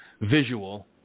visual